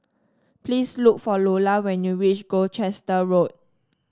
please look for Iola when you reach Gloucester Road